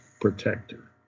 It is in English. protector